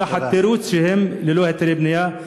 תחת תירוץ שהם ללא היתרי בנייה.